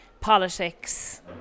politics